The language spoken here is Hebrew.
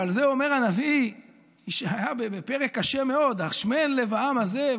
ועל זה אומר הנביא ישעיה בפרק קשה מאוד: "השמן לב העם הזה,